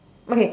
okay